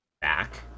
back